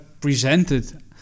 presented